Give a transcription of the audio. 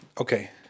Okay